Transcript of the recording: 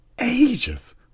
Ages